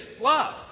love